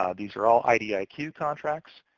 ah these are all idiq contracts,